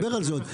אבל,